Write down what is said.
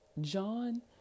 John